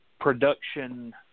production